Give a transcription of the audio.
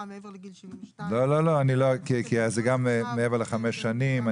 מעבר לגיל 72. זה גם מעבר לחמש שנים,